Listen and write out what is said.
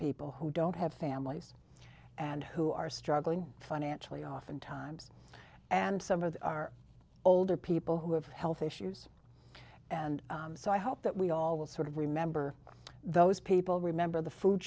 people who don't have families and who are struggling financially often times and some of our older people who have health issues and so i hope that we all will sort of remember those people remember the food